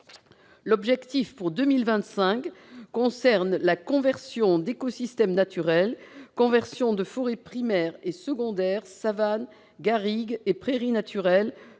L'objectif pour 2025 concerne la conversion d'écosystèmes naturels : conversion de forêts primaires et secondaires, savanes, garrigues et prairies naturelles,